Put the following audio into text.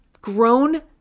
grown